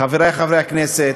חברי חברי הכנסת,